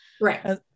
right